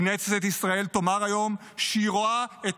כנסת ישראל תאמר היום שהיא רואה את